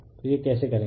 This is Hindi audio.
तो यह कैसे करेगे